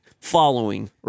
following